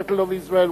capital of Israel,